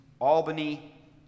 Albany